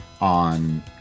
on